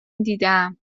دیدم